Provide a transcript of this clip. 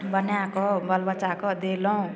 बनाकऽ बाल बच्चाके देलहुँ